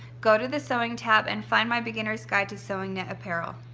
go to the sewing tab and find my beginner's guide to sewing knit apparel.